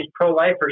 pro-lifers